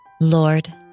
Lord